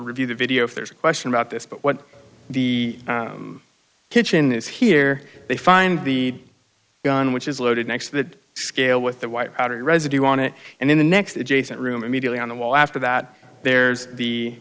review the video if there's a question about this but what the kitchen is here they find the gun which is loaded next to that scale with the white powder residue on it and then the next adjacent room immediately on the wall after that there's the